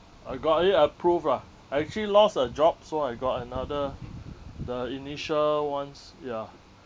I got it approved lah I actually lost a job so I got another the initial ones ya